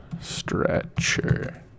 stretcher